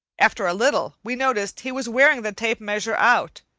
after a little we noticed he was wearing the tape-measure out,